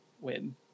win